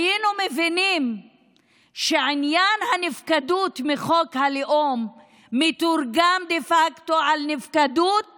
היינו מבינים שעניין הנפקדות מחוק הלאום מתורגם דה פקטו לנפקדות